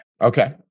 Okay